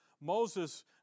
Moses